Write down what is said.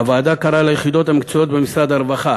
הוועדה קראה ליחידות המקצועיות במשרד הרווחה